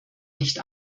nicht